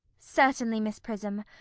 certainly, miss prism.